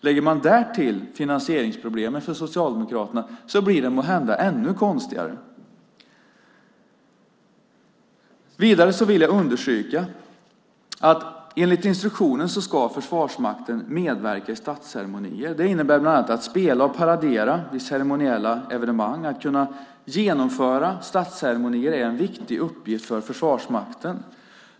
Lägger man därtill finansieringsproblemen för Socialdemokraterna blir det måhända ännu konstigare. Vidare vill jag understryka att enligt instruktionen ska Försvarsmakten medverka i statsceremonier. Det innebär bland annat att spela och paradera vid ceremoniella evenemang. Att kunna genomföra statsceremonier är en viktig uppgift för Försvarsmakten.